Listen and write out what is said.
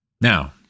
Now